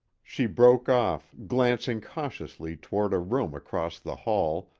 she broke off, glancing cautiously toward a room across the hall,